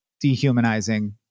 dehumanizing